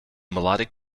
melodic